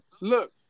Look